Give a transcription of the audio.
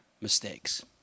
mistakes